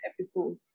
episode